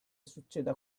succeda